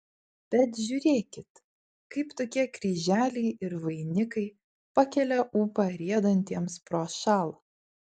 bet žiūrėkit kaip tokie kryželiai ir vainikai pakelia ūpą riedantiems prošal